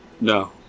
no